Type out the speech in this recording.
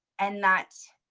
and that